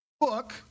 book